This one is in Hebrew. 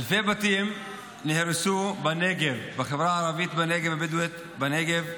אלפי בתים נהרסו בנגב, בחברה הערבית הבדואית בנגב.